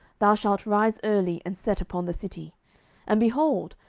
thou shalt rise early, and set upon the city and, behold,